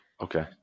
Okay